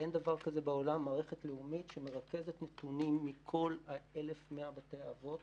אין דבר כזה בעולם מערכת לאומית שמרכזת נתונים מכל ה-1,100 בתי אבות,